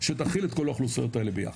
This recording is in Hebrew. שתכיל את כל האוכלוסיות האלה ביחד.